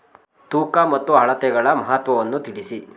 ತೂಕ ಮತ್ತು ಅಳತೆಗಳ ಮಹತ್ವವನ್ನು ತಿಳಿಸಿ?